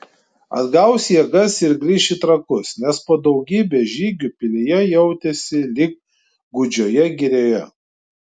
atgaus jėgas ir grįš į trakus nes po daugybės žygių pilyje jautėsi lyg gūdžioje girioje